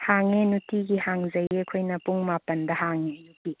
ꯍꯥꯡꯉꯦ ꯅꯨꯡꯇꯤꯒꯤ ꯍꯥꯡꯖꯩꯌꯦ ꯑꯩꯈꯣꯏꯅ ꯄꯨꯡ ꯃꯥꯄꯟꯗ ꯍꯥꯡꯉꯦ ꯑꯌꯨꯛꯀꯤ